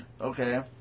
okay